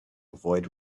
avoid